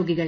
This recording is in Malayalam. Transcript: രോഗികൾ